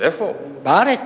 איפה, בארץ?